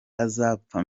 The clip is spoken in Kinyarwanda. azapfa